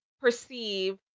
perceive